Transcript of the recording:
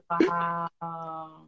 Wow